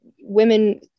women